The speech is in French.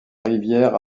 rivière